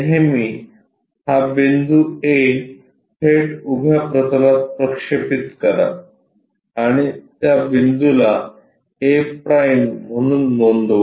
नेहमी हा बिंदू a थेट उभ्या प्रतलात प्रक्षेपित करा आणि त्या बिंदूला a' म्हणून नोंदवा